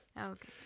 Okay